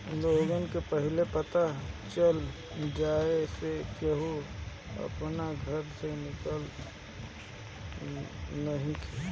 लोग के पहिले पता चल जाए से केहू अपना घर से निकलत नइखे